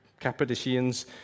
Cappadocians